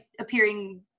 appearing